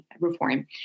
reform